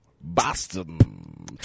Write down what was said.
Boston